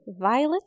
Violet